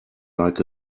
like